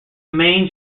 main